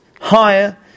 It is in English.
higher